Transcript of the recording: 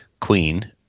Queen